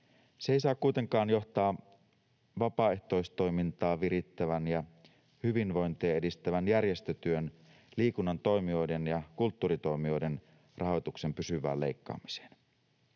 Se ei saa kuitenkaan johtaa vapaaehtoistoimintaa virittävän ja hyvinvointia edistävän järjestötyön, liikunnan toimijoiden ja kulttuuritoimijoiden rahoituksen pysyvään leikkaamiseen.